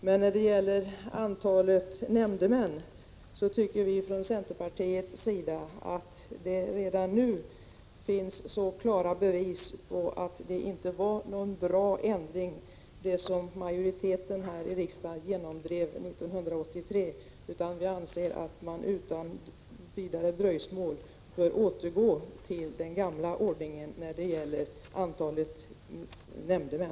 Men när det gäller antalet nämndemän tycker vi från centerpartiets sida att det redan nu finns klara bevis på att det inte var någon bra ändring som majoriteten i riksdagen genomdrev 1983 och att man utan vidare dröjsmål bör återgå till den gamla ordningen när det gäller antalet nämndemän.